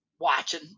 watching